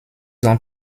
ans